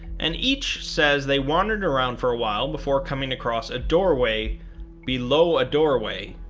and each says they wandered around for a while before coming across a doorway below a doorway,